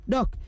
Doc